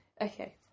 Okay